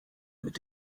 mit